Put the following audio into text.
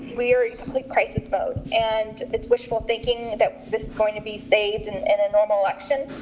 we are in crisis mode, and it's wishful thinking that this is going to be saved in a normal election,